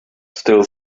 still